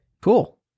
Cool